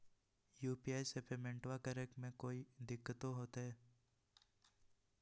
UPI से पेमेंटबा करे मे कोइ दिकतो होते?